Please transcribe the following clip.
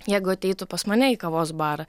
jeigu ateitų pas mane į kavos barą